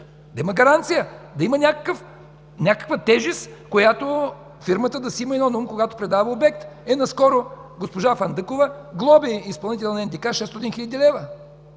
Да има гаранция, да има някаква тежест, която фирмата да има предвид, когато предава обекта. Наскоро госпожа Фандъкова глоби изпълнителя на НДК – 600 хил.